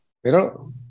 Pero